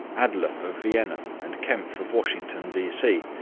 adler of vienna and kempf of washington, d c,